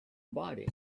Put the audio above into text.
body